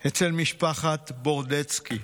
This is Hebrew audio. אצל משפחת ברדיצ'בסקי,